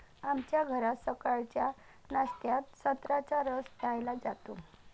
आमच्या घरात सकाळच्या नाश्त्यात संत्र्याचा रस प्यायला जातो